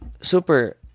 super